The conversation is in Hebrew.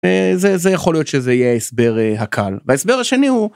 איזה זה יכול להיות שזה יהיה הסבר הקל והסבר השני הוא.